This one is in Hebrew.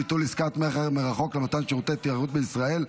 ביטול עסקת מכר מרחוק למתן שירותי תיירות בישראל),